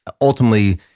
ultimately